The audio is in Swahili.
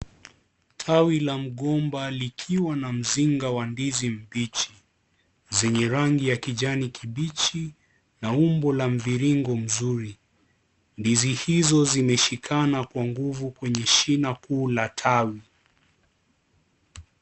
Tawi la mgomba likiwa na mzinga wa ndizi mbichi, zenye rangi ya kijani kibichi na umbo la mviringo mzuri. Ndizi hizo, zimeshikana kwa nguvu kwenye shina kuu la tawi.